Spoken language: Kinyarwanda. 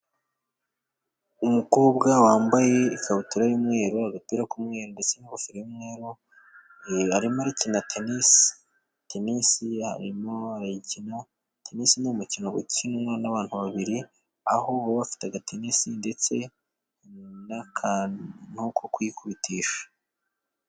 Umukobwa wambaye ikabutura y'umweru, agapira k'umweru, ndetse n'ingofero y'umweru. Arimo arakina tenisi, tenisi arimo arayikina. Tenisi ni umukino ukinwa n'abantu babiri, aho baba bafite agatenesi ndetse n'akantu ko kuyikubitisha.